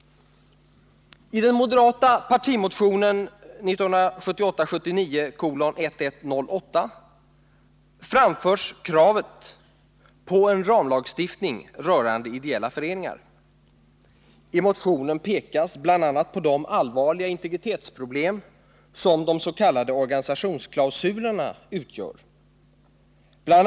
I den moderata partimotionen 1978/79:1108 framförs kravet på en ramlagstiftning rörande ideella föreningar. I motionen pekas bl.a. på de allvarliga integritetsproblem som de s.k. organisationsklausulerna utgör. Bl.